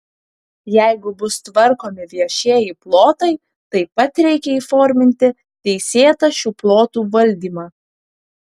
jeigu bus tvarkomi viešieji plotai taip pat reikia įforminti teisėtą šių plotų valdymą